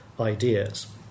ideas –